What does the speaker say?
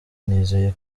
nizeye